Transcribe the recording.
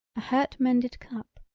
a hurt mended cup,